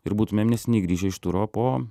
ir būtumėm neseniai grįžę iš turo po